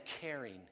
caring